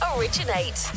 Originate